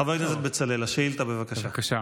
חבר הכנסת בצלאל, השאילתה, בבקשה.